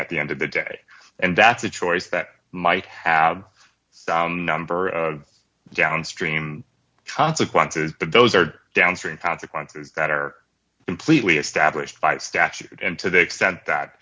at the end of the day and that's a choice that might have a number of downstream consequences but those are downstream consequences that are completely established by statute and to the extent that